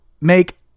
make